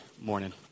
morning